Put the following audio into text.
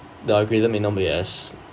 the algorithm may not be as